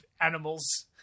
animals